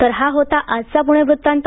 तर हा होता आजचा पुणे वृत्तांत